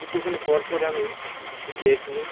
কিছুখন পর পর আমি একটু ব্রেক নিই